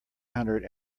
hundred